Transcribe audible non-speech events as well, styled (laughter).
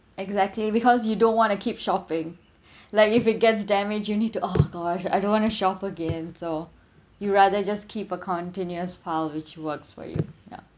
exactly because you don't want to keep shopping (breath) like if it gets damage you need to oh gosh I don't want to shop again so you rather just keep a continuous pal which works for you ya